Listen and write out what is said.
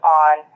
on